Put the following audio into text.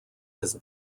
his